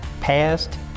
past